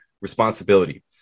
responsibility